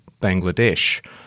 Bangladesh